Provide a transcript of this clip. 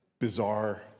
Bizarre